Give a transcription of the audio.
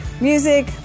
music